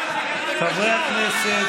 חברי הכנסת.